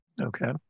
Okay